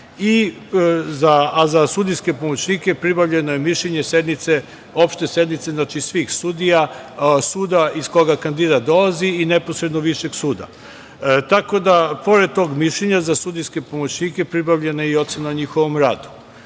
a za sudijske pomoćnike pribavljeno je mišljenje opšte sednice svih sudija suda iz koga kandidat dolazi i neposredno višeg suda. Tako da, pored tog mišljenja za sudijske pomoćnike pribavljena je i ocena o njihovom radu.